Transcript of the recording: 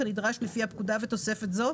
כנדרש לפי הפקודה ותוספת זו,